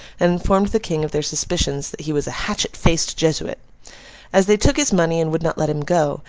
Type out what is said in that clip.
and informed the king of their suspicions that he was a hatchet-faced jesuit as they took his money and would not let him go,